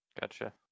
Gotcha